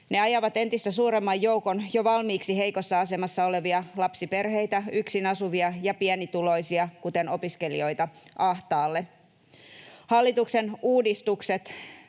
Ne ajavat entistä suuremman joukon jo valmiiksi heikossa asemassa olevia lapsiperheitä, yksin asuvia ja pienituloisia, kuten opiskelijoita, ahtaalle. Hallituksen uudistukset